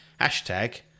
Hashtag